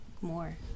more